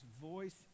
voice